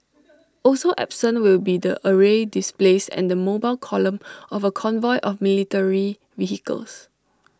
also absent will be the aerial displays and the mobile column of A convoy of military vehicles